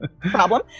problem